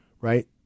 right